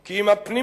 כי אם הפנימית,